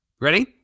Ready